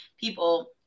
people